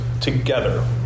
together